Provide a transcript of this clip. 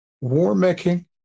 war-making